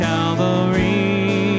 Calvary